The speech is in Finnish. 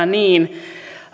niin